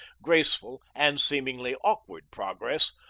graceful, and seemingly awkward progress,